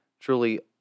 truly